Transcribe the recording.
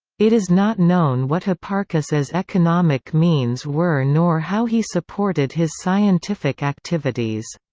it is not known what hipparchus's economic means were nor how he supported his scientific activities.